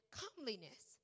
comeliness